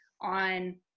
on